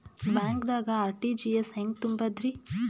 ಬ್ಯಾಂಕ್ದಾಗ ಆರ್.ಟಿ.ಜಿ.ಎಸ್ ಹೆಂಗ್ ತುಂಬಧ್ರಿ?